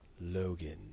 Logan